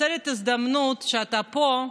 ההזדמנות שאתה פה,